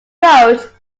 wrote